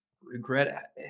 regret